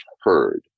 heard